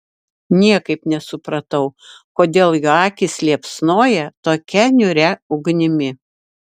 niekaip nesupratau kodėl jo akys liepsnoja tokia niūria ugnimi